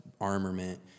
armament